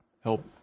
help